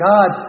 God